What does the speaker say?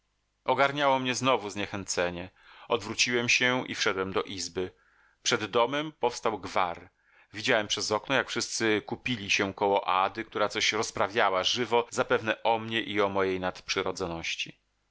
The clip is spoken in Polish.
ogarniało mnie znowu zniechęcenie odwróciłem się i wszedłem do izby przed domem powstał gwar widziałem przez okno jak wszyscy kupili się koło ady która coś rozprawiała żywo zapewne o mnie i o mojej nadprzyrodzoności